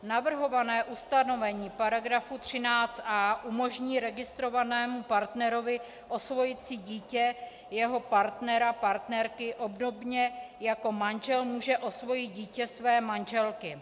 Navrhované ustanovení § 13a umožní registrovanému partnerovi osvojit si dítě jeho partnera, partnerky obdobně jako manžel může osvojit dítě své manželky.